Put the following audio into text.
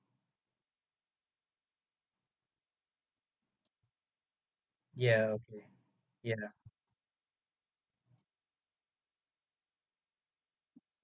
ya okay ya